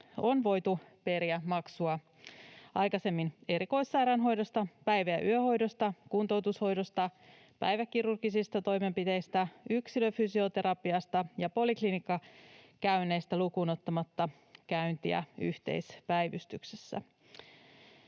on voitu periä maksua aikaisemmin erikoissairaanhoidosta, päivä- ja yöhoidosta, kuntoutushoidosta, päiväkirurgisista toimenpiteistä, yksilöfysioterapiasta ja poliklinikkakäynneistä lukuun ottamatta käyntiä yhteispäivystyksessä.